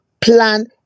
plan